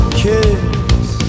kids